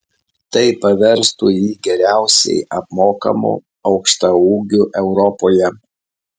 tai paverstų jį geriausiai apmokamu aukštaūgiu europoje